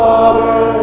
Father